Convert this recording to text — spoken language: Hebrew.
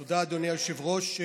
תודה, אדוני היושב-ראש.